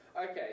Okay